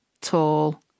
tall